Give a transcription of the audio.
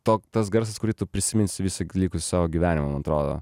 to tas garsas kurį tu prisiminsi visą likusį savo gyvenimą man atrodo